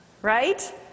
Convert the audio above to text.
Right